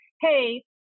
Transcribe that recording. hey